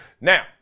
Now